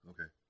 Okay